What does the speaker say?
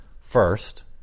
first